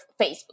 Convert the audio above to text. Facebook